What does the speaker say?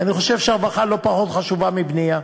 ואני חושב שהרווחה לא פחות חשובה מבנייה.